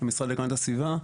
המשרד להגנת הסביבה.